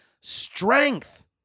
strength